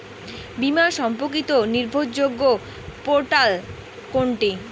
বীমা সম্পর্কিত নির্ভরযোগ্য পোর্টাল কোনটি?